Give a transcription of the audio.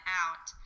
out